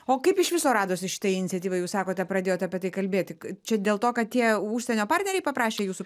o kaip iš viso radosi šita iniciatyva jūs sakote pradėjot apie tai kalbėti čia dėl to kad tie užsienio partneriai paprašė jūsų